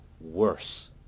worse